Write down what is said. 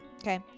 Okay